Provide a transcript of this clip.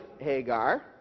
Hagar